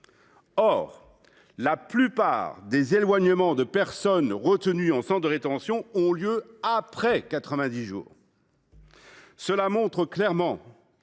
Or la plupart des éloignements de personnes retenues en CRA ont lieu après 90 jours. Cela montre clairement